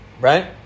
Right